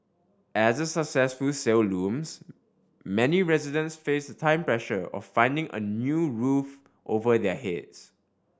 as the successful sale looms many residents face the time pressure of finding a new roof over their heads